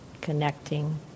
Connecting